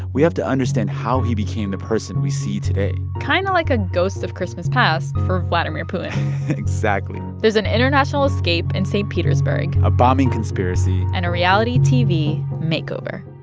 we have to understand how he became the person we see today kind of like a ghost of christmas past for vladimir putin exactly there's an international escape in and st. petersburg a bombing conspiracy. and a reality tv makeover